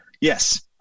yes